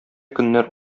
көннәр